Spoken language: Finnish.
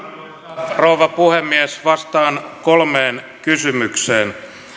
arvoisa rouva puhemies vastaan kolmeen kysymykseen